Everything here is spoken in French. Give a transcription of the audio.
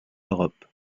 europe